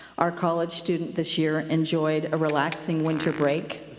our college student this year enjoyed a relaxing winter break,